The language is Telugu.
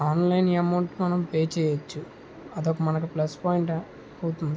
ఆన్లైన్ అమౌంట్ మనం పే చేయొచ్చు అదొక మనకు ప్లస్ పాయింట్ అవుతుంది